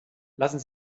lassen